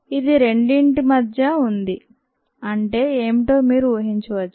ఇది రెండిటి మధ్య ఉంది అంటే ఏమిటో మీరు ఊహించవచ్చు